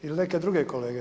Ili neki drugi kolege.